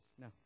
No